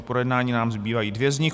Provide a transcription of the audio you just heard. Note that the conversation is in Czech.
K projednání nám zbývají dvě z nich.